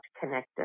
connected